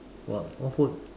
what what food